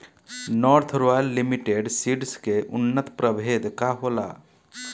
North royal limited seeds के उन्नत प्रभेद का होला?